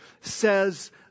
says